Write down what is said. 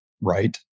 right